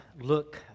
look